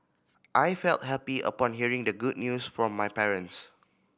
I felt happy upon hearing the good news from my parents